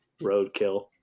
roadkill